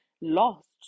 lost